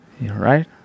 Right